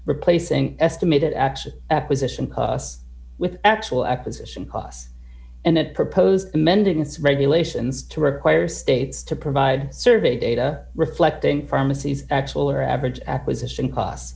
replacing estimated actual acquisition costs with actual acquisition costs and that proposed amending its regulations to require states to provide survey data reflecting pharmacies actual or average acquisition c